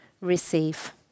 receive